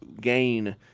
gain